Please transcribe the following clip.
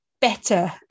better